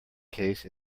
case